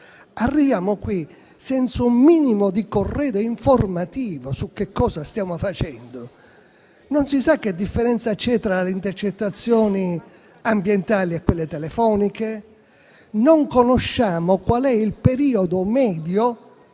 Arriviamo qui senza un minimo di corredo informativo su che cosa stiamo facendo. Non si sa che differenza vi sia tra le intercettazioni ambientali e quelle telefoniche, né conosciamo quale sia il periodo medio